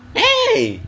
eh